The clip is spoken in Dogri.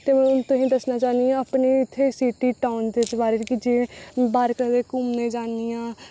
ते हून तुसें गी दस्सना चाहन्नी आं के अपनी इत्थै सिटी टाउन च कि कदें अगर घूमने जन्नी आं